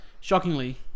Shockingly